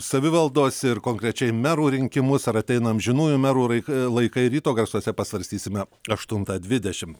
savivaldos ir konkrečiai merų rinkimus ar ateina amžinųjų merų rai laikai ryto garsuose pasvarstysime aštuntą dvidešim